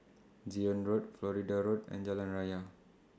Zion Road Florida Road and Jalan Raya